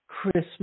Christmas